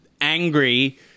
angry